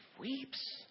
weeps